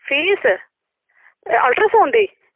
fees ultrasound दी